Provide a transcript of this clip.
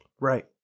Right